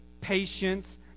patience